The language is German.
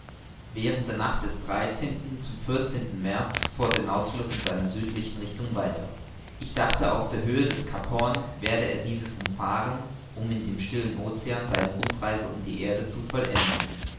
während der nacht des zum märz fuhr der nautilus in seiner südlichen richtung weiter ich dachte auf der höhe des cap horn werde er dieses umfahren um in dem stillen ocean seine rundreise um die erde zu vollenden